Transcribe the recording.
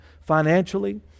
financially